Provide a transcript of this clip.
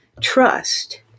trust